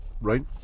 right